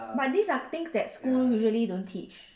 but these are things that schools usually don't teach